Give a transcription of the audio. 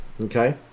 okay